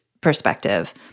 perspective